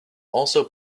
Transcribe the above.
also